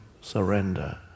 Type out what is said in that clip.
surrender